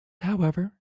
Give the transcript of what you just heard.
however